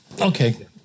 Okay